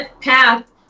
path